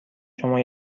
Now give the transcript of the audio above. شما